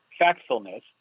factfulness